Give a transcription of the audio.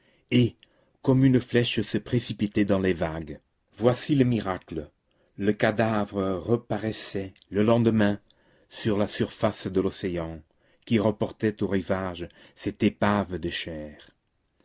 et comme une flèche se précipiter dans les vagues voici le miracle le cadavre reparaissait le lendemain sur la surface de l'océan qui reportait au rivage cette épave de chair